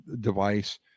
device